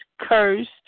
cursed